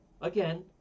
Again